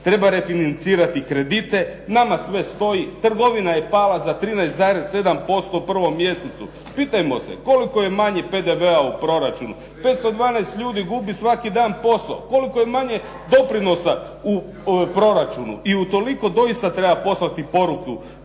Treba refinancirati kredite, nama sve stoji, trgovina je pala za 13,7% u prvom mjesecu. Pitajmo se koliko je manje PDV-a u proračunu? 512 ljudi gubi svaki dan posao. Koliko je manje doprinosa u proračunu? I utoliko doista treba poslati poruku,